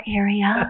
area